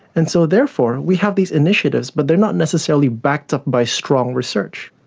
and so therefore we have these initiatives but they are not necessarily backed up by strong research.